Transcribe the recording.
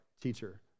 teacher